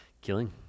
Killing